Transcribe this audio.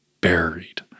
buried